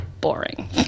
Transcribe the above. boring